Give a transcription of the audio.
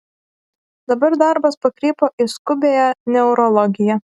dabar darbas pakrypo į skubiąją neurologiją